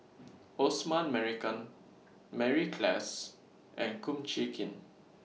Osman Merican Mary Klass and Kum Chee Kin